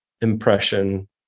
impression